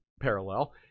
parallel